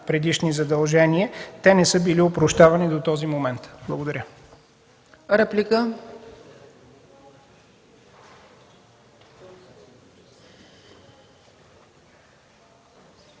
предишни задължения, те не са били опрощавани до този момент. Благодаря.